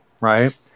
right